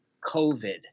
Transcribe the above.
COVID